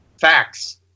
facts